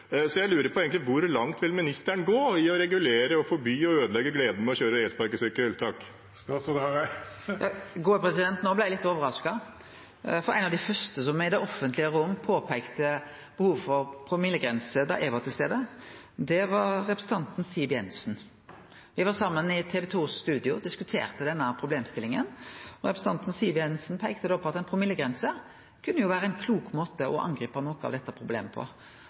Så jeg lurer egentlig på hvor langt ministeren vil gå i å regulere, forby og ødelegge gleden ved å kjøre elsparkesykkel. No blei eg litt overraska, for ein av dei første som i det offentlege rommet peika på behovet for promillegrense da eg var til stades, var representanten Siv Jensen. Me var saman i TV 2s studio og diskuterte denne problemstillinga. Representanten Siv Jensen peika da på at ei promillegrense kunne vere ein klok måte å angripe dette problemet på.